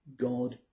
God